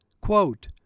Quote